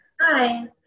hi